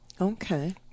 Okay